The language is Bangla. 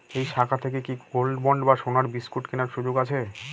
এই শাখা থেকে কি গোল্ডবন্ড বা সোনার বিসকুট কেনার সুযোগ আছে?